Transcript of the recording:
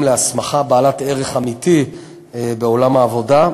להסמכה בעלת ערך אמיתי בעולם העבודה,